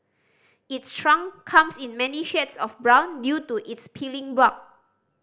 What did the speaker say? its trunk comes in many shades of brown due to its peeling bark